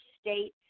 state